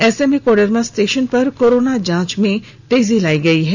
ऐसे में कोडरमा स्टेशन पर कोरोना जांच में तेजी लाई गई है